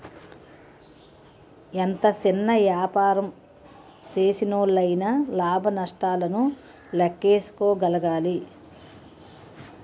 ఎంత సిన్న యాపారం సేసినోల్లయినా లాభ నష్టాలను లేక్కేసుకోగలగాలి